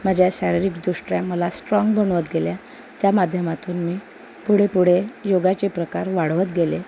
माझ्या शारिरीकदृष्ट्या मला स्ट्राँग बनवत गेल्या त्या माध्यमातून मी पुढे पुढे योगाचे प्रकार वाढवत गेले